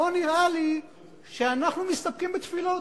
פה נראה לי שאנחנו מסתפקים בתפילות.